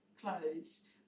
clothes